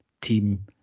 team